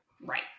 Right